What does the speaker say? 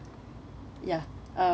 ya uh